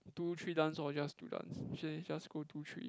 two three dance or just two dance she say just go two three